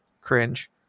Cringe